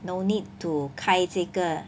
no need to 开这一个